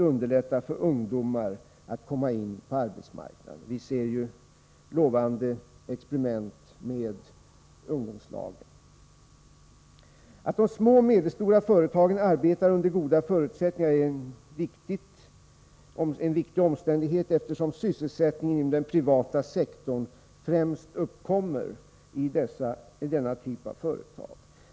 underlättar för ungdomar att komma in på arbetsmarknaden. Att de små och medelstora företagen arbetar under goda förutsättningar är en viktig omständighet, eftersom sysselsättning inom den privata sektorn främst uppkommer i denna typ av företag.